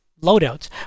loadouts